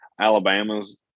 Alabama's